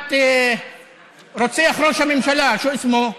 ממשפחת רוצח ראש הממשלה, שו אסמו?